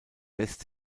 lässt